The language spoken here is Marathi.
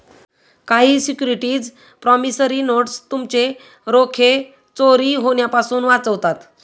काही सिक्युरिटीज प्रॉमिसरी नोटस तुमचे रोखे चोरी होण्यापासून वाचवतात